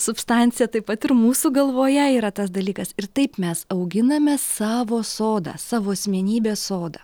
substancija taip pat ir mūsų galvoje yra tas dalykas ir taip mes auginame savo sodą savo asmenybės sodą